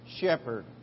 shepherd